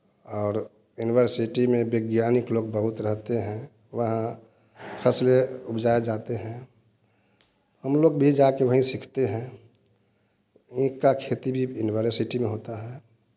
और ऊनिवर्सिटी में वैज्ञानिक लोग बहुत रहते हैं वहाँ फसलें उपजाए जाते हैं हम लोग भी जाके वहीं सीखते है एक का खेती भी यूनिवर्सिटी में होता है